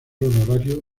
honorario